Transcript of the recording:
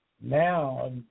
now